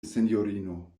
sinjorino